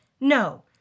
No